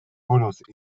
buruz